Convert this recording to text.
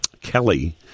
Kelly